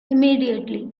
immediately